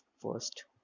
first